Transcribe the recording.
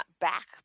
back